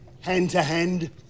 hand-to-hand